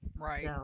Right